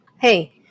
Hey